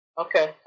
Okay